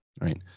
right